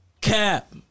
Cap